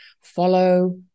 follow